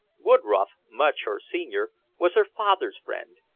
woodroffe, much her senior, was her father's friend,